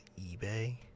eBay